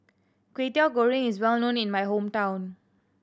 Kwetiau Goreng is well known in my hometown